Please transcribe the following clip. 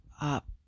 up